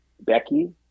Becky